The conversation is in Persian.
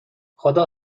خدا